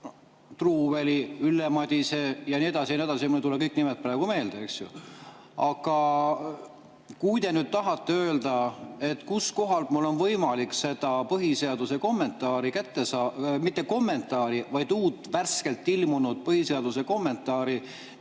Truuväli, Ülle Madise ja nii edasi ja nii edasi, mul ei tule kõik nimed praegu meelde, eks ju. Aga kui te tahate öelda, kust kohast mul on võimalik neid põhiseaduse kommentaare kätte saada … Mitte kommentaare, vaid uut, värskelt ilmunud põhiseaduse kommentaaride